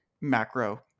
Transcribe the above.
macro